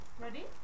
Ready